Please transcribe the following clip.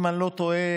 אם אני לא טועה,